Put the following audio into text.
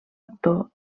actor